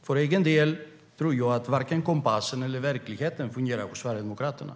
För egen del tror jag att varken kompassen eller verkligheten fungerar hos Sverigedemokraterna.